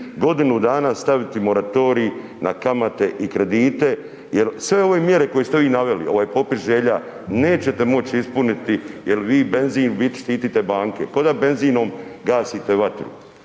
godinu dana staviti moratorij na kamate i kredite, jel sve ove mjere koje ste vi naveli, ovaj popis želja, nećete moć ispuniti jel vi benzin, u biti štitite banke, koda benzinom gasite vatru.